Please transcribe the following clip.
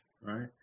right